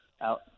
out